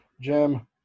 Jim